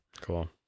cool